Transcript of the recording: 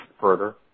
further